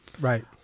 Right